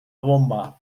bomba